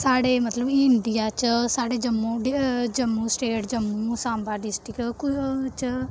साढ़े मतलब कि इंडिया च साढ़े जम्मू जम्मू स्टेट जम्मू साम्बा डिस्ट्रिक च